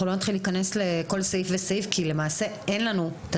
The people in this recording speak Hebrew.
אנחנו לא נתחיל להיכנס לכל סעיף וסעיף כי למעשה אין לנו את